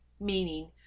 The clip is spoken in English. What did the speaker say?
meaning